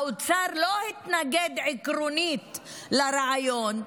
האוצר לא התנגד עקרונית לרעיון,